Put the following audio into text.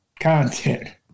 content